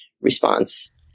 response